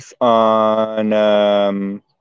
on